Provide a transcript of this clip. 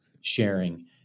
sharing